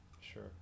Sure